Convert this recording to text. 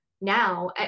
now